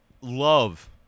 love